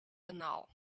banal